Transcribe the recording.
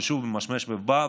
ששוב ממשמש ובא,